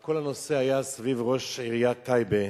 כל הנושא היה סביב ראש עיריית טייבה,